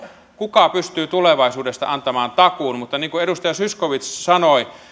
kuka pystyy tulevaisuudesta antamaan takuun mutta niin kuin edustaja zyskowicz sanoi